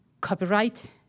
copyright